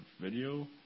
video